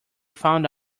found